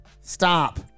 Stop